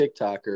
TikToker